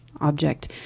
object